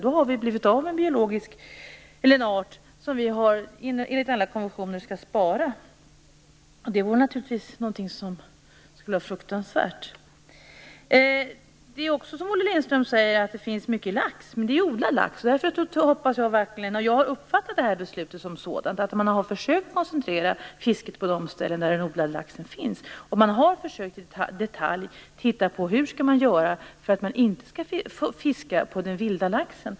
Då har vi blivit av med en art som vi enligt alla konventioner skall bevara. Det vore naturligtvis fruktansvärt. Som Olle Lindström säger finns det mycket lax, men det är odlad lax. Jag har uppfattat det här beslutet som att man har försökt koncentrera fisket på de ställen där den odlade laxen finns. Man har försökt att i detalj titta på hur man skall göra för att inte fiska den vilda laxen.